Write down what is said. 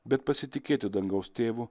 bet pasitikėti dangaus tėvu